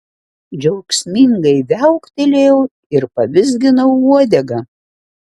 džiaugsmingai viauktelėjau ir pavizginau uodegą